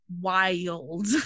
wild